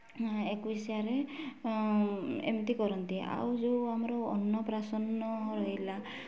ଏକୋଇଶିଆରେ ଏମିତି କରନ୍ତି ଆଉ ଯୋଉ ଆମର ଅନ୍ନପ୍ରଶାନ ରହିଲା